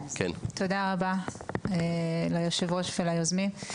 תודה רבה ליושב-ראש ליוזמים.